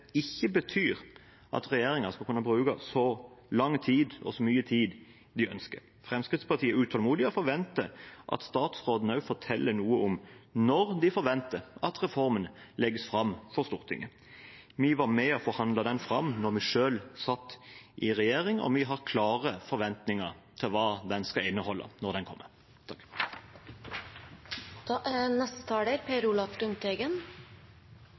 ikke betyr at regjeringen skal kunne bruke så mye tid de ønsker. Fremskrittspartiet er utålmodige og forventer at statsråden forteller når de forventer at reformen legges fram for Stortinget. Vi var med og forhandlet den fram da vi selv satt i regjering, og vi har klare forventninger om hva den skal inneholde når den kommer.